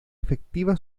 efectiva